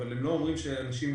אבל הם לא אומרים שאנשים מטורטרים.